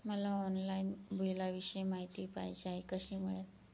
मला ऑनलाईन बिलाविषयी माहिती पाहिजे आहे, कशी मिळेल?